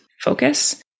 focus